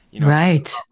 right